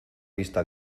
vista